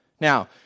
Now